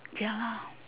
ya lah